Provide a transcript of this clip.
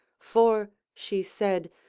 for, she said,